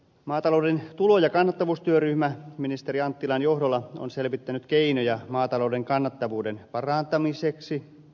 maatalouden tulo ja kannattavuustyöryhmä ministeri anttilan johdolla on selvittänyt keinoja maatalouden kannattavuuden parantamiseksi